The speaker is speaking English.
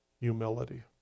humility